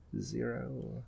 zero